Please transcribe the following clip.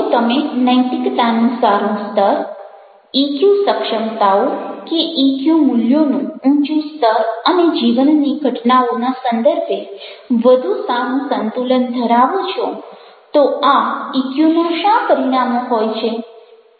જો તમે નૈતિકતાનું સારું સ્તર ઇક્યુ સક્ષમતાઓ કે ઇક્યુ મૂલ્યોનું ઉચ્ચ સ્તર અને જીવનની ઘટનાઓના સંદર્ભે વધુ સારું સંતુલન ધરાવો છો તો આ ઇક્યુના શા પરિણામો હોય છે